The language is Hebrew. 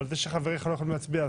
אבל זה שחבריך לא יכולים להצביע,